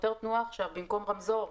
שוטר תנועה במקום רמזור,